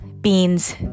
beans